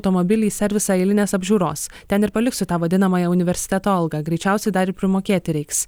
automobilį į servisą eilinės apžiūros ten ir paliksiu tą vadinamąją universiteto algą greičiausiai dar ir primokėti reiks